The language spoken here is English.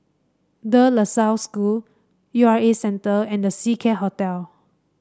De La Salle School U R A Centre and The Seacare Hotel